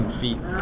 feet